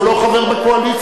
הוא לא חבר בקואליציה.